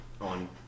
on